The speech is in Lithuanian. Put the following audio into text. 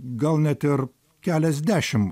gal net ir keliasdešim